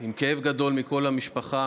עם כאב גדול של כל המשפחה,